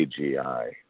AGI